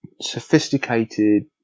sophisticated